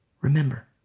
remember